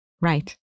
right